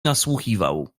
nasłuchiwał